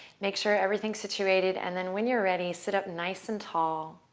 make sure everything's situated, and then when you're ready, sit up nice and tall.